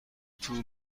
طول